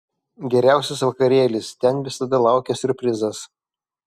geriausias vakarėlis ten visada laukia siurprizas